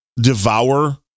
devour